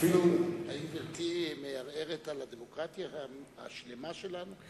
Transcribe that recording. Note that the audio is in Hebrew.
האם גברתי מערערת על הדמוקרטיה השלמה שלנו?